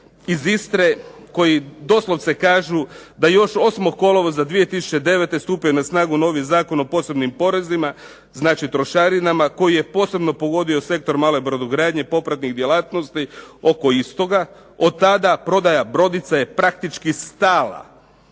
iz Istre koji doslovce kažu da još 8. kolovoza 2009. stupaju novi Zakon o posebnim porezima, znači trošarinama, koji je posebno pogodio sektor male brodogradnje, popratnih djelatnosti oko istoga, od tada prodaja brodica je praktički stala.